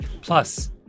Plus